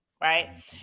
Right